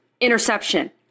interception